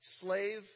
slave